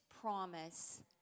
promise